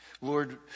Lord